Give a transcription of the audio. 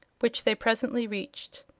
which they presently reached.